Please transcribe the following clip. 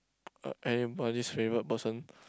uh anybody's favourite person